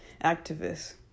activists